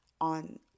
on